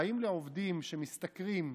באים לעובדים שמשתכרים,